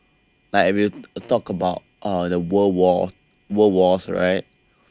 like we will talk about the world wars world wars right